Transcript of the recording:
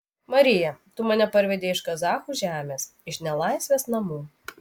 marija tu mane parvedei iš kazachų žemės iš nelaisvės namų